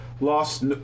lost